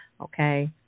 okay